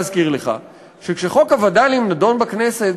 להזכיר לך שכשחוק הווד"לים נדון בכנסת,